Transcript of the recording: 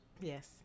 yes